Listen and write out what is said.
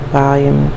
volume